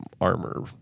armor